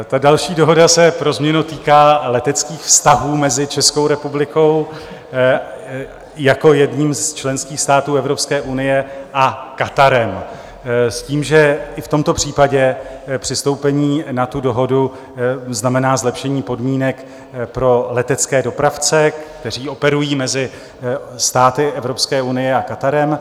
Ta další dohoda se pro změnu týká leteckých vztahů mezi Českou republikou jako jedním z členských států Evropské unie a Katarem s tím, že i v tomto případě přistoupení na tu dohodu znamená zlepšení podmínek pro letecké dopravce, kteří operují mezi státy Evropské unie a Katarem.